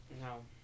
No